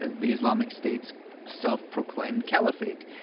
the islamic state's self-proclaimed caliphate.